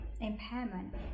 impairment